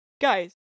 guys